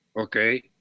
Okay